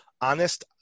honest